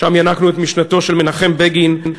שם ינקנו את משנתו של מנחם בגין,